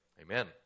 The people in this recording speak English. Amen